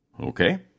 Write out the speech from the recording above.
Okay